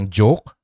joke